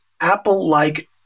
Apple-like